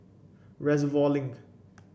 Reservoir Link